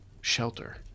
shelter